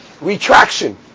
retraction